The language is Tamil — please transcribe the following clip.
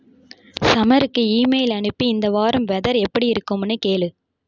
சமருக்கு இமெயில் அனுப்பி இந்த வாரம் வெதர் எப்படி இருக்கும்னு கேளு